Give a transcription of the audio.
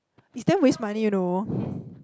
it's damn waste money you know